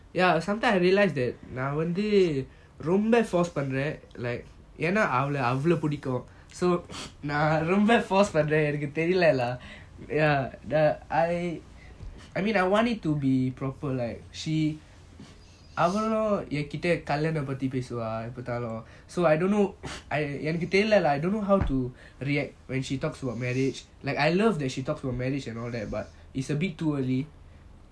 ya sometimes I realise that நான் வந்து ரொம்ப:naan vanthu romba force பண்றன்:panran like என்ன அவா அவ்ளோ பிடிக்கும்:enna avaa avlo pidikum so நான் ரொம்ப:naan romba force பண்றன் என்னக்கு டெரிலாலை:panran ennaku terilala ya I mean I wanted to be proper like she அவளும் எங்கிட்ட கலையகம் பத்தி பேசுவ எப்போ பாத்தாலும்:avalum yeankita kalayanam pathi peasuva epo paathalum so I don't know என்னக்கு டெரிலாலை:ennaku terilala I don't know how to react when she talks about marriage like I love that she talks about marriage and all that but it's a bit too early